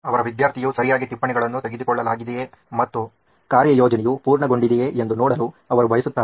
ಅವರ ವಿದ್ಯಾರ್ಥಿಯು ಸರಿಯಾಗಿ ಟಿಪ್ಪಣಿಗಳನ್ನು ತೆಗೆದುಕೊಳ್ಳಲಾಗಿದೆಯೇ ಮತ್ತು ಕಾರ್ಯಯೋಜನೆಯು ಪೂರ್ಣಗೊಂಡಿದೆಯೇ ಎಂದು ನೋಡಲು ಅವರು ಬಯಸುತ್ತಾರೆ